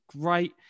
great